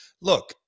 look